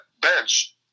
bench